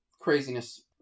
craziness